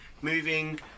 moving